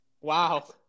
Wow